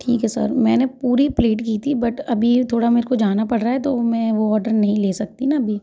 ठीक है सर मैंने पूरी प्लेट की थी बट अभी ये थोड़ा मेरे को जाना पड़ रहा है तो मैं वो ऑर्डर नहीं ले सकती न अभी